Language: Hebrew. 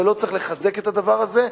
ולא צריך לחזק את הדבר הזה,